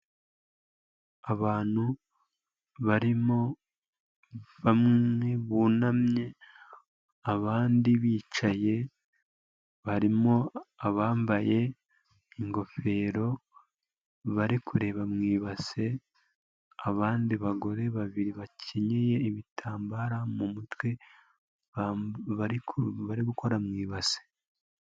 Abantu barimo bamwe bunamye, abandi bicaye, barimo abambaye ingofero, bari kureba mu ibase, abandi bagore babiri bakenyeye ibitambara mu mutwe bari bari gukora mu ibase.